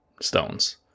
stones